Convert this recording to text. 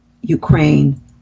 Ukraine